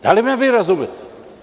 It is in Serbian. Da li me vi razumete?